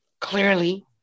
Clearly